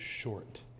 short